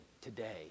today